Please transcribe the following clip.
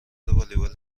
والیبال